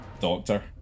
doctor